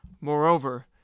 Moreover